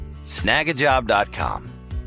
Snagajob.com